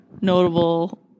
notable